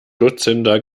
dutzender